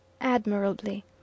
admirably